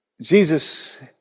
Jesus